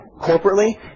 corporately